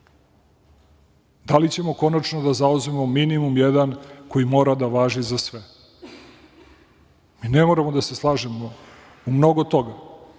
Da li ćemo konačno da zauzmemo minimum jedan koji mora da važi za sve? Ne moramo da se slažemo u mnogo toga,